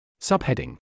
Subheading